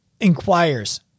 inquires